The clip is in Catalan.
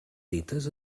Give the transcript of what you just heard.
dites